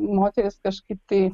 moteris kažkaip tai